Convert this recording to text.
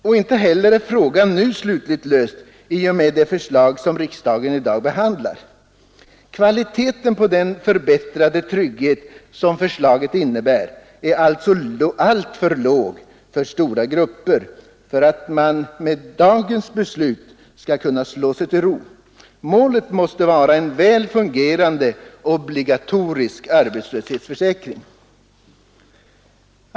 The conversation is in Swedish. Och inte heller är frågan nu slutligt löst i och med det förslag som riksdagen i dag behandlar. Kvaliteten på den förbättrade trygghet som förslaget innebär är alltför låg för stora grupper för att man med dagens beslut skall kunna slå sig till ro. Målet måste vara en väl fungerande obligatorisk arbetslöshetsförsäkring.